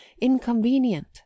inconvenient